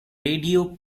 radio